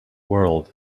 world